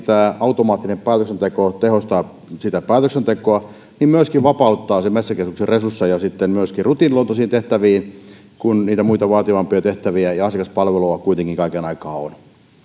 tämä automaattinen päätöksenteko tehostaa sitä päätöksentekoa niin se myöskin vapauttaa metsäkeskuksen resursseja rutiiniluontoisiin tehtäviin kun niitä muita vaativampia tehtäviä ja asiakaspalvelua kuitenkin kaiken aikaa on